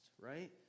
Right